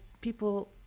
people